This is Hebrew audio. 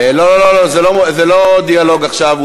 לא לא לא, זה לא דיאלוג עכשיו.